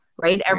right